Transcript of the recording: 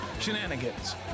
Shenanigans